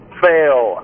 fail